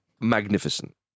magnificent